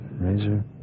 Razor